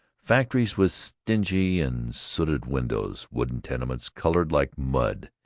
factories with stingy and sooted windows, wooden tenements colored like mud.